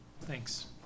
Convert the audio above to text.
Thanks